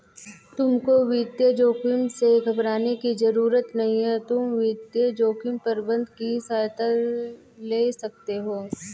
तुमको वित्तीय जोखिम से घबराने की जरूरत नहीं है, तुम वित्तीय जोखिम प्रबंधन की सहायता ले सकते हो